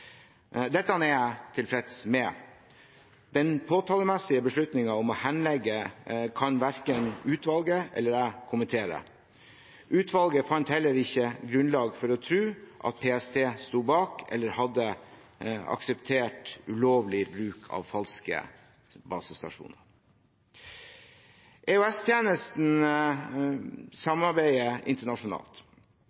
Dette er jeg tilfreds med. Den påtalemessige beslutningen om å henlegge kan verken utvalget eller jeg kommentere. Utvalget fant heller ikke grunnlag for å tro at PST sto bak eller hadde akseptert ulovlig bruk av falske basestasjoner.